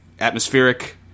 atmospheric